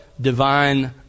divine